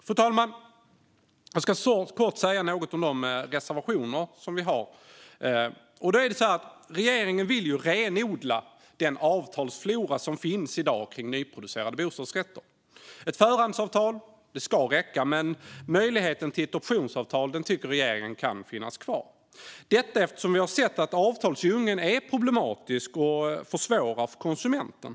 Fru talman! Jag ska säga något kort om de reservationer som vi har. Regeringen vill ju renodla den avtalsflora som finns i dag när det gäller nyproducerade bostadsrätter. Ett förhandsavtal ska räcka, men möjligheten till ett optionsavtal tycker regeringen ska finnas kvar, detta eftersom vi har sett att avtalsdjungeln är problematisk och försvårar för konsumenten.